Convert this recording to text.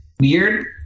Weird